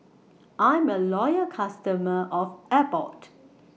I'm A Loyal customer of Abbott